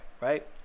right